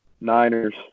Niners